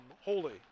holy